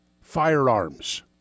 firearms